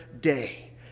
day